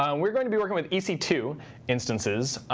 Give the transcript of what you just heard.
um we're going to be working with e c two instances.